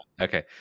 Okay